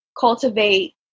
cultivate